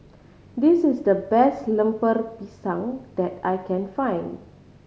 this is the best Lemper Pisang that I can find